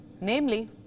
namely